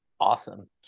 Awesome